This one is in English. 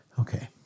Okay